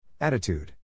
Attitude